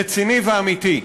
רציני ואמיתי.